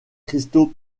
cristaux